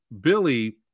Billy